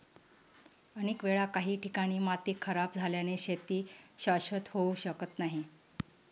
अनेक वेळा काही ठिकाणी माती खराब झाल्याने शेती शाश्वत होऊ शकत नाही